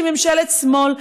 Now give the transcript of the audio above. שהיא ממשלת שמאל,